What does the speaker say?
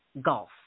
golf